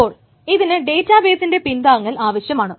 അപ്പോൾ ഇതിന് ഡേറ്റാബേസിൻറെ പിന്താങ്ങൽ ആവശ്യമാണ്